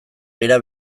era